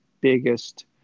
biggest